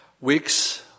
weeks